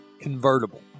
convertible